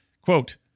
Quote